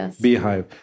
beehive